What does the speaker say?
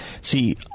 See